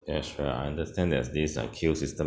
ya sure I understand there's this uh queue system